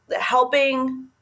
helping –